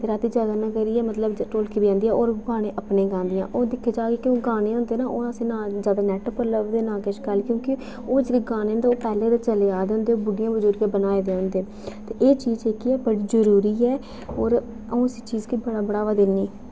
ते रातीं जागरना करियै मतलब ढोलकी बजांदियां होर ओह् गाने अपने गांदियां ओह् दिक्खेआ जा ना ओह् जेह्के गाने होंदे ओह् ना असें ई ना नेट पर लभदे ना किश क्योंकि ओह् जेह्ड़े गाने न ओह् पैह्लें दे चले आ दे होंदे बुड्ढियां बजुरगें बनाये दे होंदे एह् चीज़ जेह्ड़ी ऐ बड़ी जरूरी ऐ होर अं'ऊ इस चीज़ गी बड़ा बढावा दि'न्नी